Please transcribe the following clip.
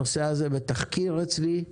הנושא הזה בתחקיר אצלי.